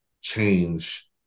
change